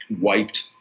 wiped